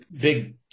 big